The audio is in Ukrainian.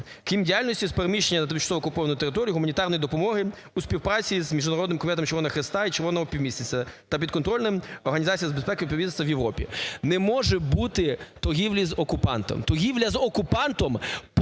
крім діяльності з переміщення на тимчасово окуповану територію гуманітарної допомоги у співпраці з Міжнародним комітетом Червоного Хреста і Червоного Півмісяця та підконтрольним Організації з безпеки та співробітництва в Європі. Не може бути торгівлі з окупантом, торгівля з окупантом